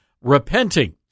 repenting